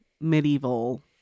medieval